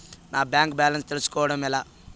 నా bank balance తెలుస్కోవడం ఎలా?